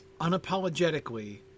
unapologetically